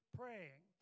praying